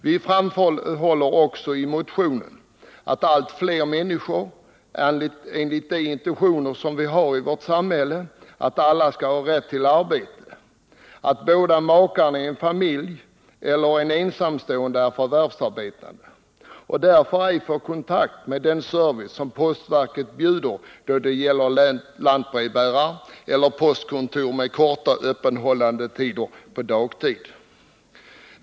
Vi framhåller också i motionen att alla människor i vårt samhälle skall ha rätt till arbete och service, även när båda makarna i en familj eller en ensamstående är förvärvsarbetande och därför inte får kontakt med den service som postverket bjuder då det gäller lantbrevbäring eller postkontor med kortare öppethållandetider på dagtid.